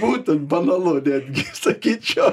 būtent banalu netgi sakyčiau